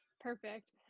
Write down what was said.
Perfect